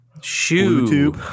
shoe